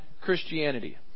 Christianity